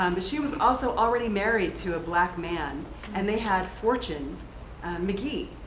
um but she was also already married to a black man and they had fortune mcghee.